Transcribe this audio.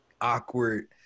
awkward